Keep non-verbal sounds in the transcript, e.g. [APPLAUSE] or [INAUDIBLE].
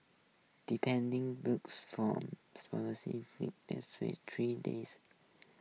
depending books from [UNINTELLIGIBLE] evening that's face tree days